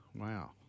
Wow